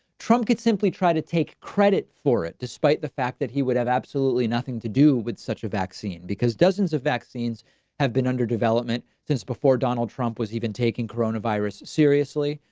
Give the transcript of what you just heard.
trump could simply try to take credit for it, despite the fact that he would have absolutely nothing to do with such a vaccine, because dozens of vaccines have been under development since before donald trump was even taking corona virus seriously.